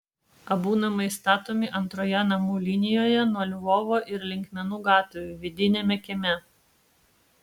abu namai statomi antroje namų linijoje nuo lvovo ir linkmenų gatvių vidiniame kieme